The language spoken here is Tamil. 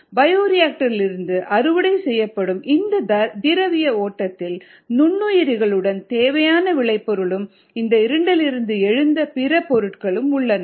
பயோரியாக்டர் இலிருந்து அறுவடை செய்யப்படும் இந்த திரவ ஓட்டத்தில் நுண்ணுயிரிகளுடன் தேவையான விளைபொருளும் இந்த இரண்டிலிருந்து எழுந்த பிற பொருட்களும் உள்ளன